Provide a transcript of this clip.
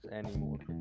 anymore